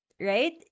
right